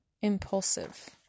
impulsive